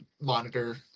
monitor